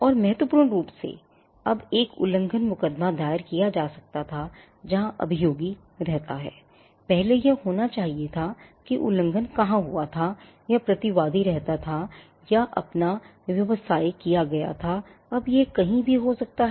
और महत्वपूर्ण रूप से अब एक उल्लंघन मुकदमा दायर किया जा सकता है जहाँ अभियोगी रहता है